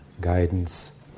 guidance